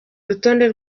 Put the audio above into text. rutonde